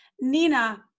Nina